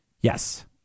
Yes